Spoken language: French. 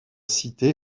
citée